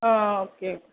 ஓ okay